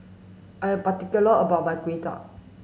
I'm particular about my Kuay Chap